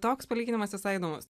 toks palyginimas visai įdomus